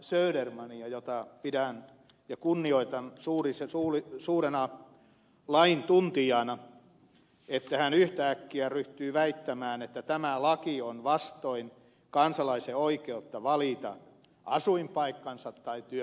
södermania jota pidän ja kunnioitan suurena laintuntijana että hän yhtäkkiä ryhtyy väittämään että tämä laki on vastoin kansalaisen oikeutta valita asuinpaikkansa tai työpaikkansa